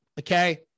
okay